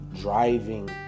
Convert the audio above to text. driving